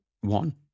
one